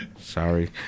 Sorry